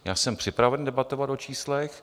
Já jsem připraven debatovat o číslech.